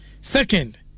Second